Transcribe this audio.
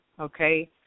okay